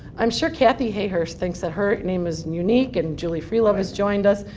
i'm sure kathy hayhurst thinks that her name is unique and julie freelove has joined us,